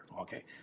okay